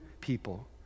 people